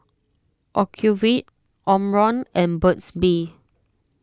Ocuvite Omron and Burt's Bee